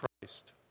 Christ